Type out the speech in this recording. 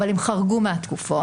אבל הם חרגו מהתקופות.